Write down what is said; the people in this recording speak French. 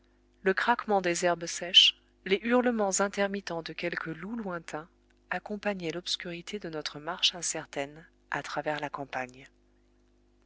le craquement des herbes sèches les hurlements intermittents de quelque loup lointain accompagnaient l'obscurité de notre marche incertaine à travers la campagne